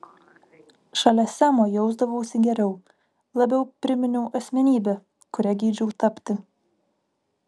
šalia semo jausdavausi geriau labiau priminiau asmenybę kuria geidžiau tapti